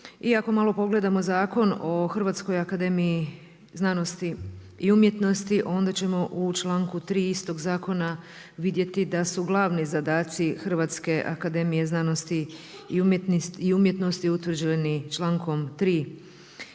I ako malo pogledamo Zakon o Hrvatskoj akademiji znanosti i umjetnosti onda ćemo u članku 3. istog zakona vidjeti da su glavni zadaci Hrvatske akademije znanosti i umjetnosti utvrđeni člankom 3.